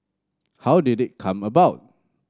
how did it come about